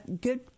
good